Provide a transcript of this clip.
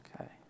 Okay